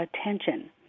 attention